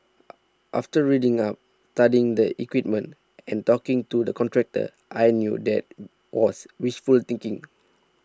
after reading up studying the equipment and talking to the contractor I knew that was wishful thinking